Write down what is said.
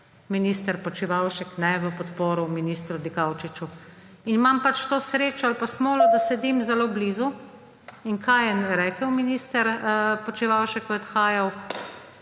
minister Počivalšek v podporo ministru Dikaučiču. Imam pač to srečo ali pa smolo, da sedim zelo blizu, in kaj rekel minister Počivalšek, ko je odhajal?